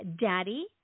Daddy